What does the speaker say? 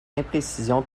imprécision